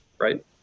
right